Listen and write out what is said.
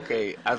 אז